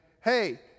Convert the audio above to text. hey